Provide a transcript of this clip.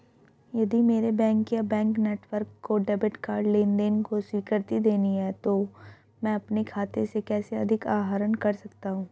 यदि मेरे बैंक या बैंक नेटवर्क को डेबिट कार्ड लेनदेन को स्वीकृति देनी है तो मैं अपने खाते से कैसे अधिक आहरण कर सकता हूँ?